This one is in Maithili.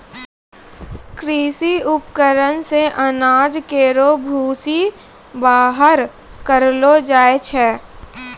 कृषि उपकरण से अनाज केरो भूसी बाहर करलो जाय छै